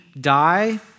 die